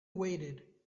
waited